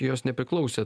jos nepriklausė